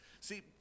See